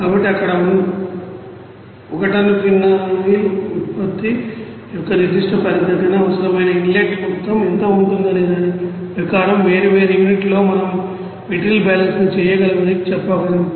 కాబట్టి అక్కడ 1 ton phenol ఉత్పత్తి యొక్క నిర్దిష్ట ప్రాతిపదికన అవసరమైన ఇన్లెట్ మొత్తం ఎంత ఉంటుందనే దాని ప్రకారం వేర్వేరు యూనిట్లో మనం ఆ మెటీరియల్ బ్యాలెన్స్ని చేయగలమని చెప్పగలం